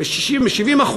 ב-70%.